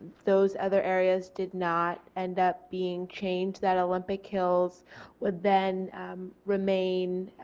those other areas did not end up being changed that olympic hills would then remain